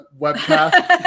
webcast